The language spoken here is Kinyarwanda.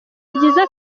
byiza